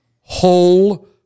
whole